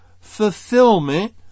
fulfillment